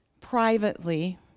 privately